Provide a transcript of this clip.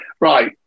Right